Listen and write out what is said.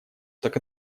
так